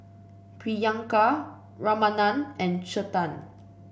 Priyanka Ramanand and Chetan